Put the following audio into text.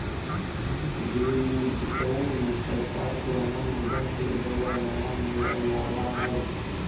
विमुद्रीकरण में सरकार पुराना मुद्रा के जगह नया मुद्रा लाबा हई